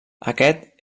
aquest